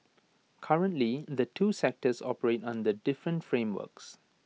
currently the two sectors operate under different frameworks